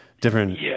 different